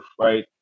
right